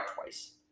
twice